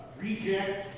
reject